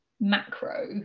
macro